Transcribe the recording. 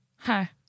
Hi